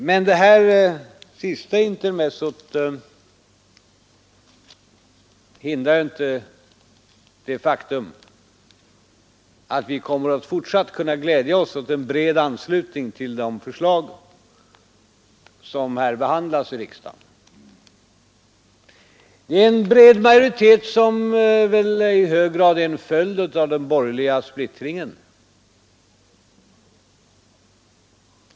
Men det senaste intermezzot hindrar inte det faktum att vi kommer att fortsatt kunna glädja oss åt en bred anslutning till de förslag som behandlas här i riksdagen. Det är en bred majoritet, som väl i hög grad är en följd av den borgerliga splittringen.